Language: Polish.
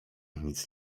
nic